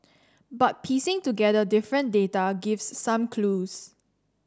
but piecing together different data gives some clues